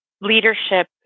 Leadership